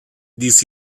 this